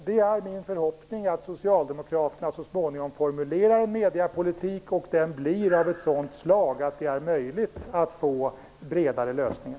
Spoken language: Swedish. Det är min förhoppning att Socialdemokraterna så småningom formulerar en mediepolitik och att den blir av ett sådant slag att det är möjligt att skapa breda lösningar.